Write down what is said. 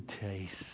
taste